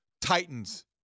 titans